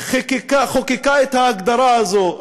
חוקקה את ההגדרה הזאת,